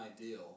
ideal